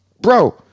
bro